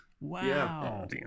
Wow